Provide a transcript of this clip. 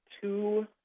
two